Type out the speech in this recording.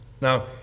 Now